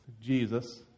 Jesus